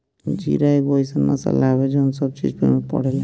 जीरा एगो अइसन मसाला हवे जवन सब चीज में पड़ेला